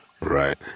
Right